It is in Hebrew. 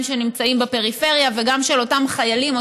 שנמצאים בפריפריה וגם של אותם חיילים,